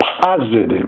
positive